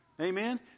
Amen